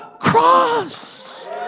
cross